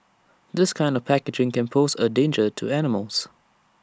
this kind of packaging can pose A danger to animals